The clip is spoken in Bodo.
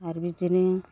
आरो बिदिनो